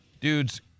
dude's